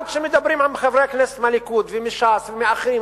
גם כשמדברים עם חברי הכנסת מהליכוד ומש"ס ואחרים,